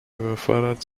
überfordert